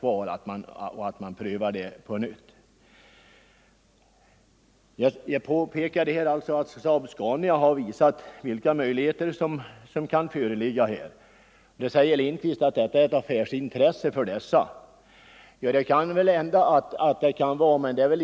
Jag påpekade i ett tidigare inlägg att SAAB-Scania visat vilka möjligheter som kan föreligga. Nu säger herr Lindkvist att det är ett affärsintresse för SAAB-Scania. Ja, det kan väl hända att det är, men det är i så fall ett sunt intresse.